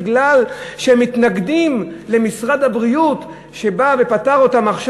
מפני שהם מתנגדים למשרד הבריאות שבא ופטר אותם עד